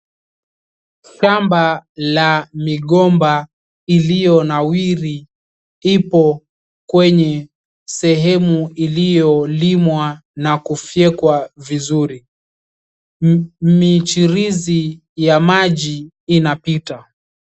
Shamba la migomba iliyonawiri ipo kwenye sehemu iliyolimwa na kufyekwa vizuri, michirizi ya maji inapita.